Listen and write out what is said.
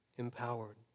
empowered